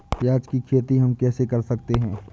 प्याज की खेती हम कैसे कर सकते हैं?